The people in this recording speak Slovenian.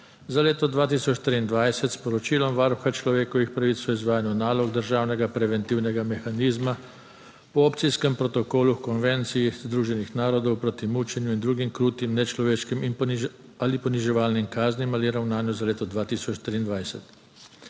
za leto 2023 s Poročilom Varuha človekovih pravic o izvajanju nalog državnega preventivnega mehanizma po Opcijskem protokolu h Konvenciji Združenih narodov proti mučenju in drugim krutim, nečloveškim ali poniževalnim kaznim ali ravnanju za leto 2023.